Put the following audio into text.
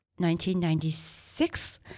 1996